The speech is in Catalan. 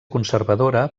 conservadora